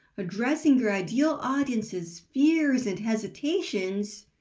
addressing your ideal audience's fears and hesitations,